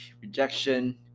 rejection